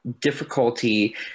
difficulty